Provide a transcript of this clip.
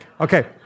Okay